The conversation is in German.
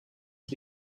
für